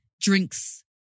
drinks